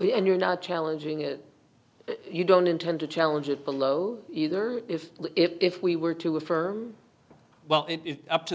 the end you're not challenging it you don't intend to challenge it below either if if we were to refer well it is up to